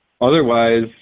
Otherwise